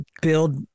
build